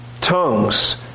tongues